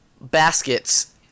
baskets